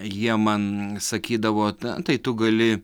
jie man sakydavo na tai tu gali